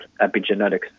epigenetics